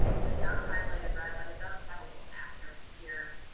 it is not highlighted red, but it does have a little asterisk here.